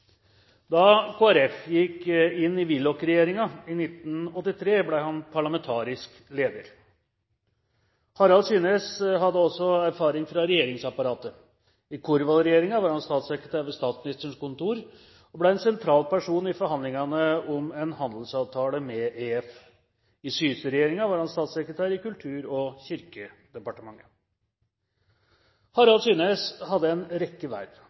Da Kristelig Folkeparti gikk inn i Willoch-regjeringen i 1983, ble han parlamentarisk leder. Harald Synnes hadde også erfaring fra regjeringsapparatet. I Korvald-regjeringen var han statssekretær ved Statsministerens kontor, og han ble en sentral person i forhandlingene om en handelsavtale med EF. I Syse-regjeringen var han statssekretær i Kultur- og kirkedepartementet. Harald Synnes hadde en rekke